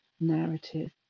narrative